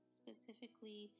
specifically